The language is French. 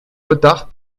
retard